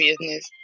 business